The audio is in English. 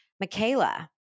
Michaela